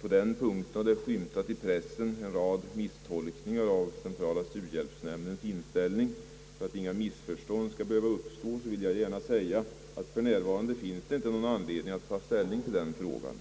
på den punkten har det i pressen skymtat en rad misstolkningar av centrala studiehjälpsnämndens inställning. För att inga missförstånd skall behöva uppstå vill jag säga att det för närvarande inte finns anledning att ta ställning till den frågan.